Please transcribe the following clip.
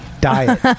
diet